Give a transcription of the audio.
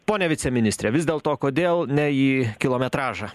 ponia viceministre vis dėl to kodėl ne į kilometražą